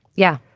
yeah.